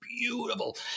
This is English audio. beautiful